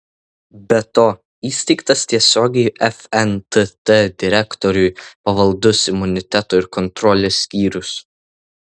be to įsteigtas tiesiogiai fntt direktoriui pavaldus imuniteto ir kontrolės skyrius